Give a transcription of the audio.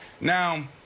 Now